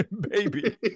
baby